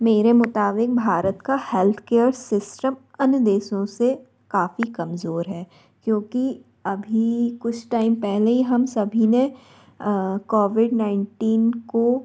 मेरे मुताबिक़ भारत का हेल्थकेयर सिस्टम अन्य देशों से काफ़ी कमज़ोर है क्योंकि अभी कुच टाइम पहले ही हम सभी ने कोविड नाइनटीन को